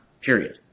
period